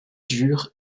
dur